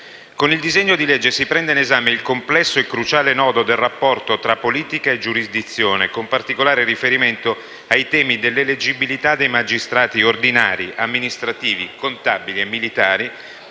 Con il disegno di legge si prende in esame il complesso e cruciale nodo del rapporto tra politica e giurisdizione, con particolare riferimento ai temi dell'eleggibilità dei magistrati ordinari, amministrativi, contabili e militari